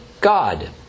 God